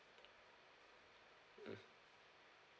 mm